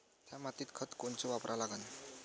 थ्या मातीत खतं कोनचे वापरा लागन?